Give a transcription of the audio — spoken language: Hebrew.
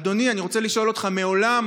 אדוני, אני רוצה לשאול אותך: מעולם